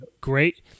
great